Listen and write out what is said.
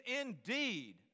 indeed